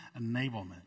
enablement